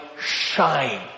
shine